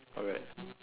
alright